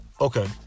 Okay